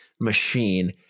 machine